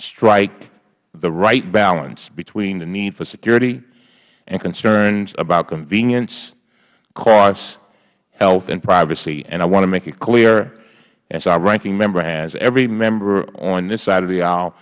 strike the right balance between the need for security and concerns about convenience cost health and privacy and i want to make it clear as our ranking member has every member on this side of the aisle